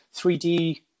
3D